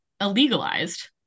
illegalized